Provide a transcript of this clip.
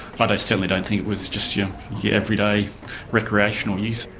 but i certainly don't think it was just your yeah everyday recreational use.